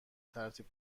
ترتیب